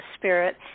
spirit